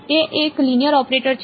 તે એક linear operator છે